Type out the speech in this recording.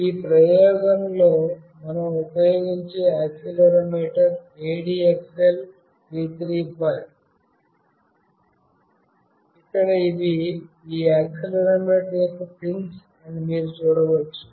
ఈ ప్రయోగంలో మనం ఉపయోగించబోయే యాక్సిలెరోమీటర్ ADXL 335 ఇక్కడ ఇవి ఈ యాక్సిలెరోమీటర్ యొక్క పిన్స్ అని మీరు చూడవచ్చు